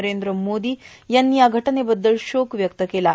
नरेंद्र मोदी यांनी या घटनेबद्दल शोक व्यक्त केला आहे